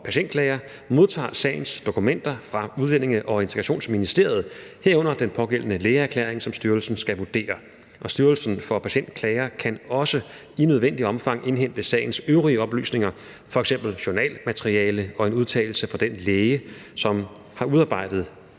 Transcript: Patientklager modtager sagens dokumenter fra Udlændinge- og Integrationsministeriet, herunder den pågældende lægeerklæring, som styrelsen skal vurdere, og Styrelsen for Patientklager kan også i nødvendigt omfang indhente sagens øvrige oplysninger, f.eks. journalmateriale og en udtalelse fra den læge, som har udarbejdet